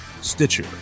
Stitcher